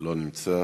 לא נמצאת,